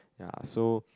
yea so